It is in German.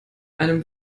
einem